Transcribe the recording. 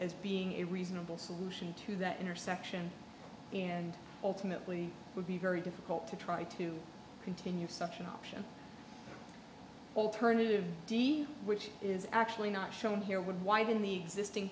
as being a reasonable solution to that intersection and ultimately would be very difficult to try to continue such an option alternative d which is actually not shown here would widen the existing